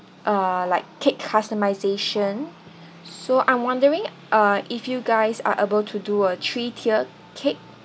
uh like cake customization so I'm wondering uh if you guys are able to do a three tiered cake